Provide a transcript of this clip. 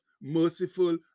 merciful